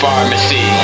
Pharmacy